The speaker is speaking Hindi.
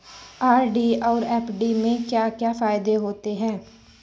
आर.डी और एफ.डी के क्या क्या फायदे होते हैं?